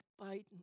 Biden